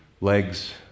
legs